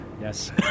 Yes